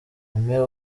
aime